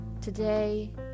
Today